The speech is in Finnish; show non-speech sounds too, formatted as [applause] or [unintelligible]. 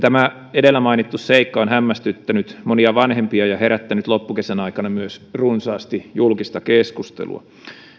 [unintelligible] tämä edellä mainittu seikka on hämmästyttänyt monia vanhempia ja herättänyt loppukesän aikana myös runsaasti julkista keskustelua